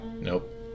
Nope